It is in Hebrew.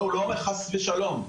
חס ושלום,